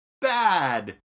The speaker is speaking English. Bad